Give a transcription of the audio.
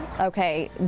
okay